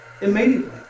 Immediately